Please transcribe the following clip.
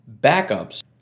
backups